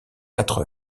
quatre